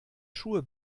schuhe